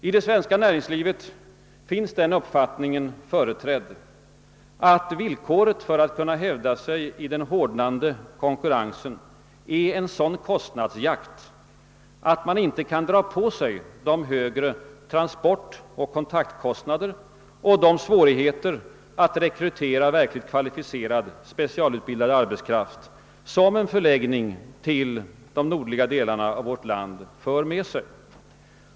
I det svenska näringslivet finns den uppfattningen företrädd, att villkoret för att kunna hävda sig i den hårdnande konkurrensen är en sådan kostnadsjakt, att man inte kan dra på sig de högre transportoch kontaktkostnader och de svårigheter att rekrytera verkligt kvalificerad, specialutbildad arbetskraft, som en förläggning till de nordliga delarna av vårt land för med sig.